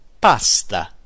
PASTA